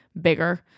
bigger